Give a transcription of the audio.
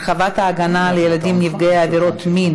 (הרחבת ההגנה על ילדים נפגעי עבירות מין